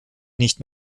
nicht